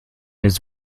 his